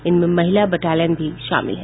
इनमें महिला बटालियन भी शामिल है